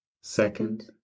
Second